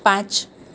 પાંચ